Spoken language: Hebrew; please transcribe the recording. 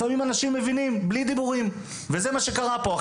לפעמים אנשים מבינים בלי דיבורים וזה מה שקרה פה.